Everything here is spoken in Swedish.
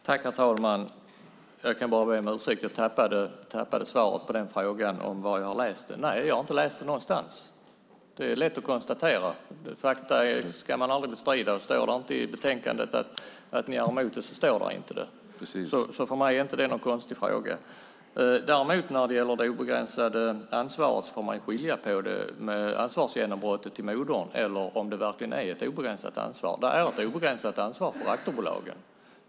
Herr talman! Jag tappade svaret på frågan var jag läst det. Nej, jag har inte läst det någonstans. Det är lätt att konstatera. Fakta ska man aldrig bestrida. Står det inte i betänkandet att ni är emot det så står det inte. För mig är det inte någon konstig fråga. När det gäller det obegränsade ansvaret får man skilja på om det är ansvarsgenombrottet i moderbolaget eller om det verkligen är ett obegränsat ansvar. Det är ett obegränsat ansvar för aktiebolagen.